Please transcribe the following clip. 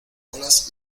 olas